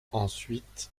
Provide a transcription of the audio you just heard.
ensuite